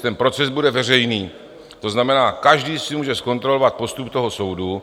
Ten proces bude veřejný, to znamená, každý si může zkontrolovat postup soudu.